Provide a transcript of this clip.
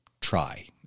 try